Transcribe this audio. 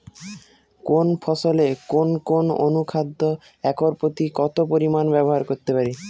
কোন ফসলে কোন কোন অনুখাদ্য একর প্রতি কত পরিমান ব্যবহার করতে পারি?